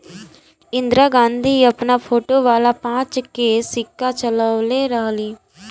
इंदिरा गांधी अपन फोटो वाला पांच के सिक्का चलवले रहली